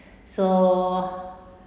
so